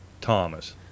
Thomas